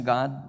God